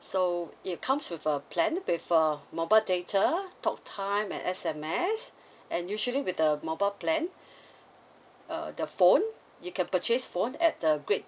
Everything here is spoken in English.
so it comes with a plan with a mobile data talk time and S_M_S and usually with the mobile plan uh the phone you can purchase phone at the great